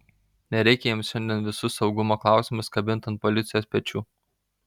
nereikia jiems šiandien visus saugumo klausimus kabint ant policijos pečių